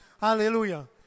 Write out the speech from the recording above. Hallelujah